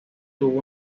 tuvo